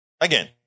again